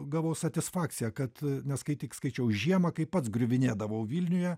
gavau satisfakciją kad nes kai tik skaičiau žiemą kai pats griuvinėdavau vilniuje